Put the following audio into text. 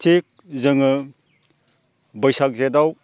थिख जोङो बैसाग जेठआव